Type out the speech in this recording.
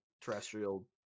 terrestrial